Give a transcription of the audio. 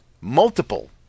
Multiple